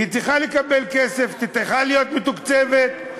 והיא צריכה לקבל כסף וצריכה להיות מתוקצבת,